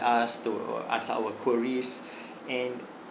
us to answer our queries and